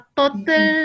total